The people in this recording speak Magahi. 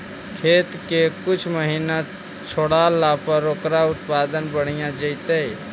खेत के कुछ महिना छोड़ला पर ओकर उत्पादन बढ़िया जैतइ?